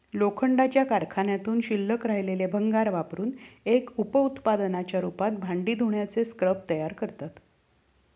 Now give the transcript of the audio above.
लोखंडाच्या कारखान्यातून शिल्लक राहिलेले भंगार वापरुन एक उप उत्पादनाच्या रूपात भांडी धुण्याचे स्क्रब तयार करतात